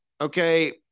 okay